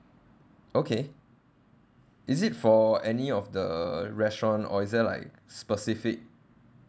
okay is it for any of the restaurant or is there like specific